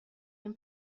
این